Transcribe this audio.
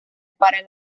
para